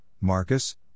Marcus